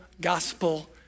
gospel